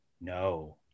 no